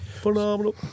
phenomenal